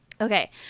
Okay